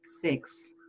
six